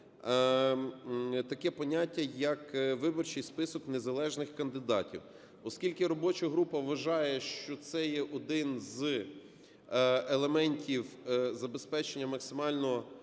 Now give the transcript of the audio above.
таке поняття, як "виборчий список незалежних кандидатів". Оскільки робоча група вважає, що це є один з елементів забезпечення максимально